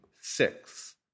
six